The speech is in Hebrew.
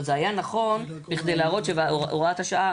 זה היה נכון בשביל להראות שהוראת השעה